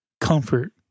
comfort